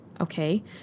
Okay